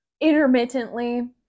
intermittently